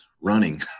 running